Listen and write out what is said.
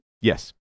Yes